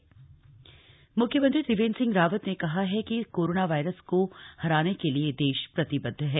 CM appeal corona मुख्यमंत्री त्रिवेन्द्र सिंह रावत ने कहा है कि कोरोना वायरस को हराने के लिए देश प्रतिबद्ध है